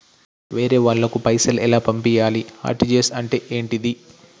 వేరే వాళ్ళకు పైసలు ఎలా పంపియ్యాలి? ఆర్.టి.జి.ఎస్ అంటే ఏంటిది?